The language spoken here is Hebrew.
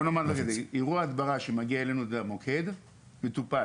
אירוע הדברה שמגיע אלינו דרך המוקד מטופל.